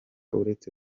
uretse